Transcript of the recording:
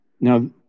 Now